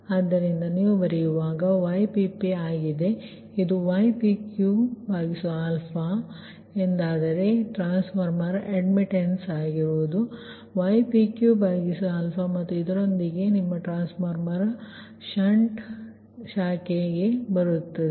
ಆದ್ದರಿಂದ ನೀವು ಬರೆಯುವಾಗ ಇದು Ypp ಆಗಿದೆ ಇದು ypq ಆಗಿದೆ ಇದು ನಿಮ್ಮ ಟ್ರಾನ್ಸ್ಫಾರ್ಮರ್ ಅಡ್ಮಿಟ್ಟನ್ಸ್ ypq ಮತ್ತು ಇದರೊಂದಿಗೆ ಇದು ಟ್ರಾನ್ಸ್ಫಾರ್ಮರ್ಗಾಗಿ ನಿಮ್ಮ ಷಂಟ್ ಶಾಖೆ ಬರುತ್ತಿದೆ